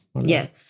Yes